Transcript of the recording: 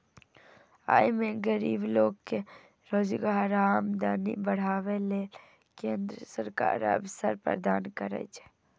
अय मे गरीब लोक कें रोजगार आ आमदनी बढ़ाबै लेल केंद्र सरकार अवसर प्रदान करै छै